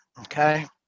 okay